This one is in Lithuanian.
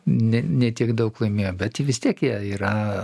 ne ne tiek daug laimėjo bet tai vis tiek jie yra